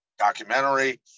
documentary